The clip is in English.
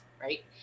Right